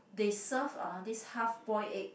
they serve uh this half boil egg